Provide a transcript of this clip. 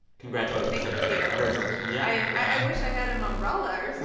congratulations yeah yeah congratulations yeah i and i wish i had a mumbrella or and